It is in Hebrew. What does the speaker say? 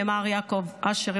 למר יעקב אשר,